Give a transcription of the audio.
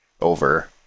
over